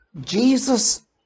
Jesus